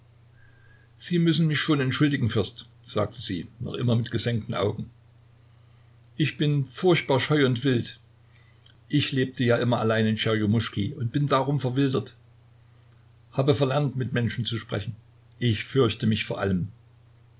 sie müssen mich schon entschuldigen fürst sagte sie noch immer mit gesenkten augen ich bin furchtbar scheu und wild ich lebte ja immer allein in tscherjomuschki und bin darum verwildert habe verlernt mit menschen zu sprechen ich fürchte mich vor allem